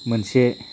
मोनसे